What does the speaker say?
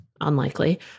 unlikely